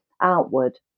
outward